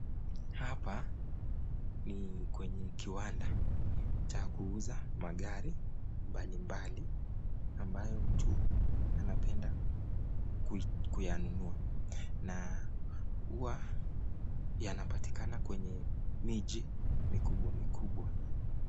Hapa ni kwenye kiwanda cha kuuza magari mbalimbali ambayo mtu anapenda kuyanunua na huwa yanapatikana kwenye miji mikubwa mikubwa.